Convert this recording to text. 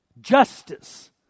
Justice